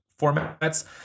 formats